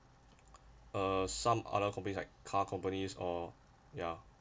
uh some other companies like car companies or ya